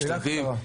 שאלה קצרה.